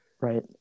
Right